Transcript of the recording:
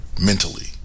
mentally